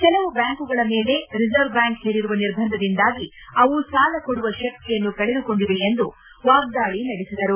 ಕೆಲವು ಬ್ಯಾಂಕುಗಳ ಮೇಲೆ ರಿಸರ್ವ್ ಬ್ಯಾಂಕ್ ಹೇರಿರುವ ನಿರ್ಬಂಧದಿಂದಾಗಿ ಅವು ಸಾಲ ಕೊಡುವ ಶಕ್ತಿಯನ್ನು ಕಳೆದುಕೊಂಡಿದೆ ಎಂದು ವಾಗ್ದಾಳಿ ನಡೆಸಿದರು